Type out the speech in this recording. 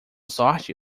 sorte